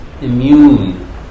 immune